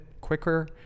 quicker